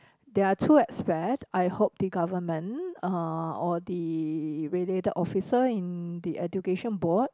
there are two aspect I hope the government uh or the related officer in the education board